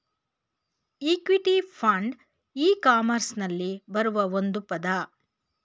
equity fund e ಕಾಮರ್ಸ್ನಲ್ಲಿ ಬರುವ ಒಂದು ಪದ